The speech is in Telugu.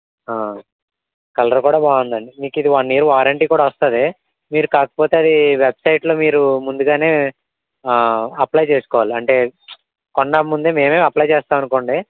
కలర్ కూడా బాగుందండి మీకు ఇది వన్ ఇయర్ వారెంటీ కూడా వస్తుంది మీరు కాకపోతే అదీ వెబ్సైట్లో మీరు ముందుగానే అప్లై చేసుకోవాలి అంటే కొనక ముందు మేమే అప్లై చేస్తాం అనుకోండి